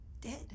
dead